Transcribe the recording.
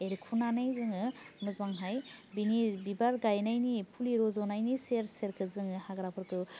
एरखुनानै जोङो मोजांहाय बेनि बिबार गायनायनि फुलि रज'नायनि सेर सेरखौ जोङो हाग्राफोरखौ